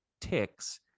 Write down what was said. Ticks